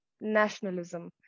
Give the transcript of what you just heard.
nationalism